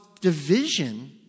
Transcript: division